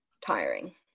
tiring